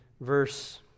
verse